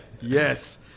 Yes